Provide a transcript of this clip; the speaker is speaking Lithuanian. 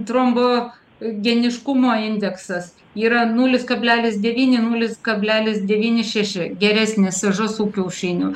trombo geniškumo indeksas yra nulis kablelis devyni nulis kablelis devyni šeši geresnis žąsų kiaušinių